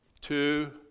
two